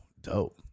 dope